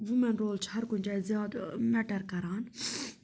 women role چھِ ہرکُنہِ جٲیہِ زیادٕ مٮ۪ٹَر کَران